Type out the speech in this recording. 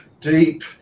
deep